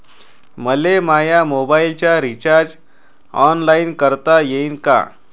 मले माया मोबाईलचा रिचार्ज ऑनलाईन करता येईन का?